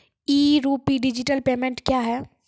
ई rupee digital payment क्या हैं?